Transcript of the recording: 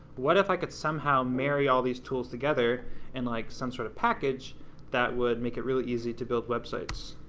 what if i could somehow marry all these tools together in like, some sort of package that would make it really easy to build websites?